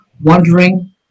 wondering